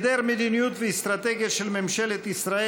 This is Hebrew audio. היעדר מדיניות ואסטרטגיה של ממשלת ישראל